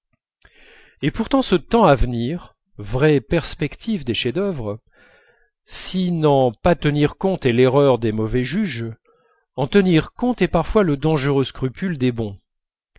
et pourtant ce temps à venir vraie perspective des chefs-d'œuvre si n'en pas tenir compte est l'erreur des mauvais juges en tenir compte est parfois le dangereux scrupule des bons